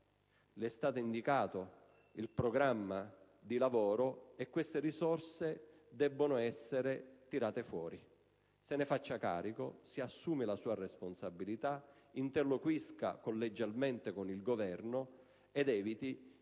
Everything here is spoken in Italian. Le è stato indicato il programma di lavoro, e queste risorse devono essere tirate fuori. Se ne faccia carico, si assuma le sue responsabilità, interloquisca collegialmente con il Governo ed eviti